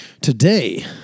Today